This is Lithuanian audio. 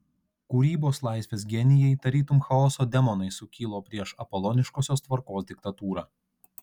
kūrybos laisvės genijai tarytum chaoso demonai sukilo prieš apoloniškosios tvarkos diktatūrą